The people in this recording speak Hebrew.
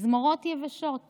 זמורות יבשות